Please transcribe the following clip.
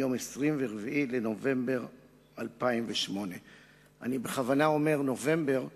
מיום 24 בנובמבר 2008. אני בכוונה אומר "נובמבר",